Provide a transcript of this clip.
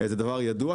זה דבר ידוע,